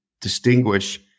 distinguish